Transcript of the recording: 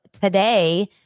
today